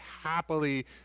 happily